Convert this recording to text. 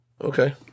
Okay